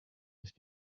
ist